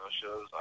shows